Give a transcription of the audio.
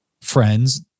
friends